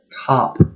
top